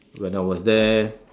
when I was there